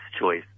choice